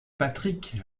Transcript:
patrick